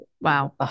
wow